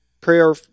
prayer